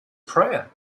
prayer